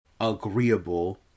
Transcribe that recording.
agreeable